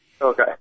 Okay